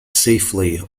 safely